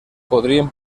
podrien